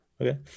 Okay